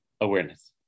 awareness